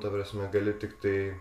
ta prasme gali tiktai